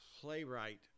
playwright